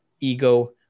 ego